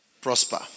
prosper